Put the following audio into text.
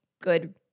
good